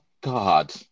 God